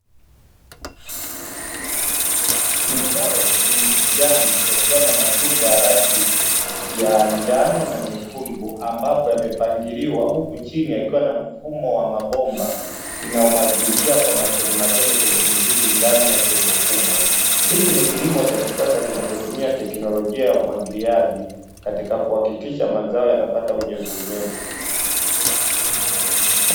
Mazao yenye kijani yakiwa na matunda ya rangi ya njano na nyekundu, ambapo yamepangiliwa; huku chini yakiwa na mfumo wa mabomba inayomwagilizia kwa matonematone kwenye mizizi ndani ya jengo kubwa. Hichi ni kilimo cha kisasa kinachotumia teknolojia ya umwagiliaji katika kuhakikisha mazao yanapata unyevuunyevu.